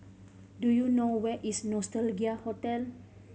do you know where is Nostalgia Hotel